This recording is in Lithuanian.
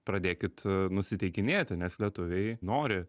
pradėkit nusiteikinėti nes lietuviai nori